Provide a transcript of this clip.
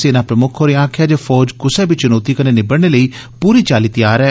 सेना प्रमुक्ख होरें आक्खेआ फौज कुसै बी चुनौती कन्नै निबड़ने लेई पूरी चाल्ली तैआर ऐ